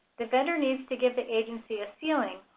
the vendor needs to give the agency a ceiling,